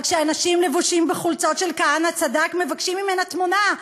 אבל כשאנשים לבושים בחולצות של "כהנא צדק" מבקשים ממנה תמונה,